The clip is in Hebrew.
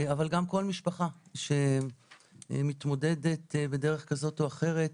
אבל גם כל משפחה שמתמודדת בדרך כזו או אחרת,